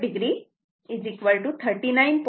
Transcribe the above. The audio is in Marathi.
4 o 39